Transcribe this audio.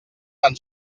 tan